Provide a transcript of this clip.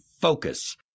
focus